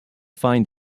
find